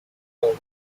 towels